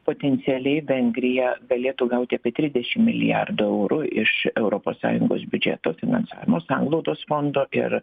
potencialiai vengrija galėtų gauti apie trisdešim milijardų eurų iš europos sąjungos biudžeto finansavimo sanglaudos fondo ir